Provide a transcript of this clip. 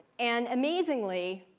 and amazingly,